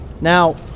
Now